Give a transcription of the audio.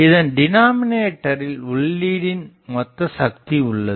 இதன் டினாமினேட்டரில் உள்ளீடுன் மொத்த சக்தி உள்ளது